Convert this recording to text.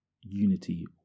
unity